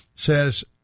says